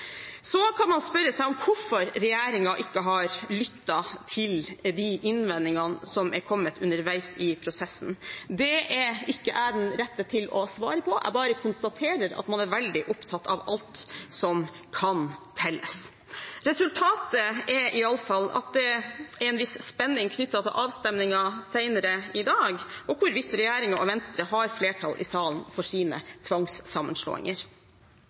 Så kan man spørre seg om hvorfor regjeringen ikke har lyttet til de innvendingene som er kommet underveis i prosessen. Det er ikke jeg den rette til å svare på, jeg bare konstaterer at man er veldig opptatt av alt som kan telles. Resultatet er iallfall at det er en viss spenning knyttet til avstemningen senere i dag og hvorvidt regjeringen og Venstre har flertall i salen for sine tvangssammenslåinger.